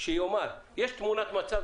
שיאמר שיש תמונת מצב,